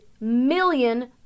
million